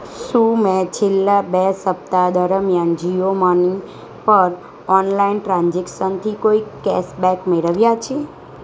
શું મેં છેલ્લાં બે સપ્તાહ દરમિયાન જીઓ મની પર ઓનલાઈન ટ્રાન્ઝેક્શનથી કોઈ કેસબેક મેળવ્યાં છે